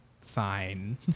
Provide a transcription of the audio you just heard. fine